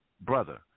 brother